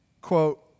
Quote